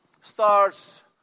starts